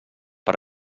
per